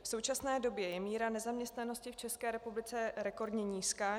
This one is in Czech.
V současné době je míra nezaměstnanosti v České republice rekordně nízká.